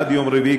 עד יום רביעי,